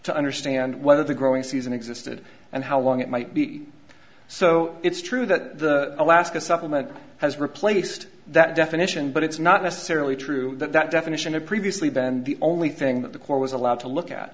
to understand whether the growing season existed and how long it might be so it's true that the alaska supplement has replaced that definition but it's not necessarily true that that definition of previously been the only thing that the court was allowed to look at